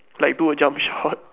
like do a jump shot